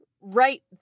right